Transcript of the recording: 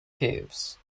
caves